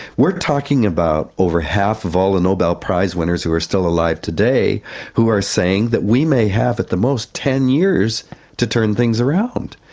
we're talking about over half of all the nobel prize winners who are still alive today who are saying that we may have at the most ten years to turn things around.